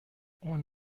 اون